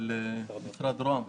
זו הייתה דרישה גם של משרד ראש הממשלה.